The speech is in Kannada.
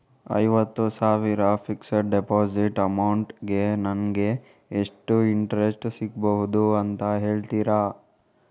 ಐವತ್ತು ಸಾವಿರ ಫಿಕ್ಸೆಡ್ ಡೆಪೋಸಿಟ್ ಅಮೌಂಟ್ ಗೆ ನಂಗೆ ಎಷ್ಟು ಇಂಟ್ರೆಸ್ಟ್ ಸಿಗ್ಬಹುದು ಅಂತ ಹೇಳ್ತೀರಾ?